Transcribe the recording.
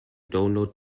download